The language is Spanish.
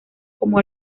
como